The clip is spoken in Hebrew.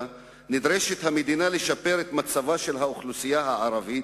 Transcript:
נדרשת המדינה לשפר את מצבה של האוכלוסייה הערבית,